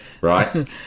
Right